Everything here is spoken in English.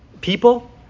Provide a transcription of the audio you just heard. people